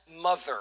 mother